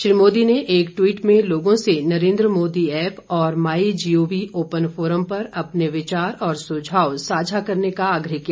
श्री मोदी ने एक ट्वीट में लोगों से नरेन्द्र मोदी ऐप और my G O V open forum पर अपने विचार और सुझाव साझा करने का आग्रह किया